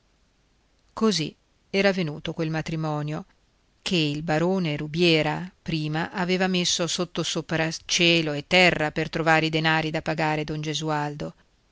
così era venuto quel matrimonio ché il barone rubiera prima aveva messo sottosopra cielo e terra per trovare i denari da pagare don gesualdo